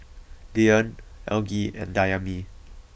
Dyan Algie and Dayami